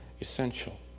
essential